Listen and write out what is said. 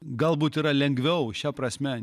galbūt yra lengviau šia prasme